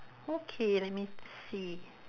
okay let me see